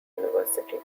university